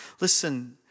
Listen